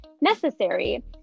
necessary